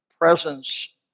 presence